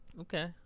Okay